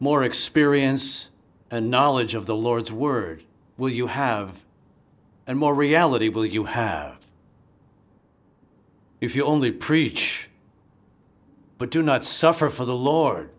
more experience and knowledge of the lord's word will you have and more reality will you have if you only preach but do not suffer for the lord